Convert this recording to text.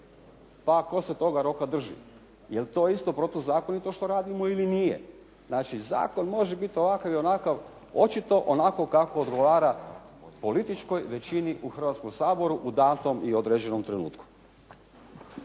pa tko se toga roka drži? Jel to isto protuzakonito što radimo ili nije? Znači, zakon može biti ovakav i onakav, očito onako kako odgovara političkoj većini u Hrvatskom saboru u datom i određenom trenutku.